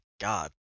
god